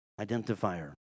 identifier